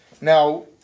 Now